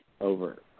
over